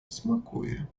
смакує